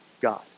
God